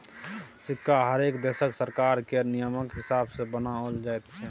सिक्का हरेक देशक सरकार केर नियमकेँ हिसाब सँ बनाओल जाइत छै